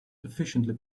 efficiently